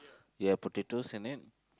you have potatoes in it